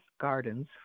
gardens